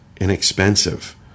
inexpensive